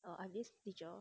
err I have this teacher